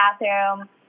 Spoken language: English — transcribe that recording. bathroom